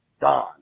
Don